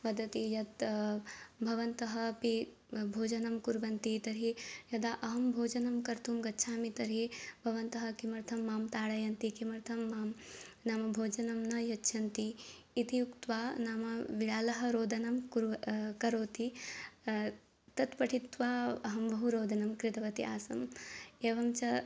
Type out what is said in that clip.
वदति यत् भवन्तः अपि ब भोजनं कुर्वन्ति तर्हि यदा अहं भोजनं कर्तुं गच्छामि तर्हि भवन्तः किमर्थं मां ताडयन्ति किमर्थं मां नाम भोजनं न यच्छन्ति इति उक्त्वा नाम विडालः रोदनं कुर्व करोति तत् पठित्वा अहं बहु रोदनं कृतवती आसम् एवञ्च